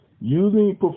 Using